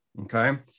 Okay